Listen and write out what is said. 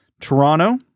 Toronto